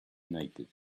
naked